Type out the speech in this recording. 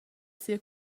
sia